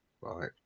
Right